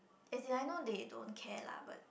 as in I know they don't care lah but